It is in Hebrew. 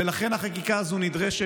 ולכן החקיקה הזאת נדרשת.